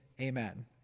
amen